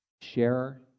share